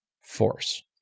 force